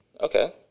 Okay